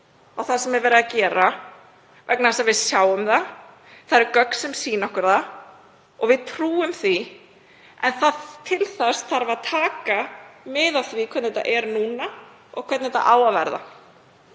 á það sem er verið að gera vegna þess að við sjáum að það eru gögn sem sýna okkur það og við trúum því. En til þess þarf að taka mið af því hvernig þetta er núna og hvernig þetta á að verða.